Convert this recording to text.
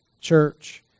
church